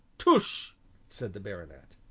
tush said the baronet.